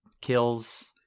kills